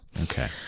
Okay